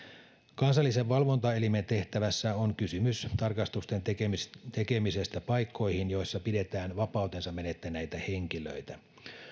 kansallisen valvontaelimen tehtävässä on kysymys tarkastusten tekemisestä tekemisestä paikkoihin joissa pidetään vapautensa menettäneitä henkilöitä